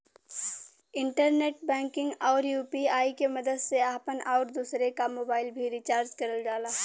internet banking आउर UPI के मदद से आपन आउर दूसरे क मोबाइल भी रिचार्ज करल जाला